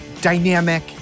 dynamic